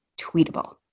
tweetable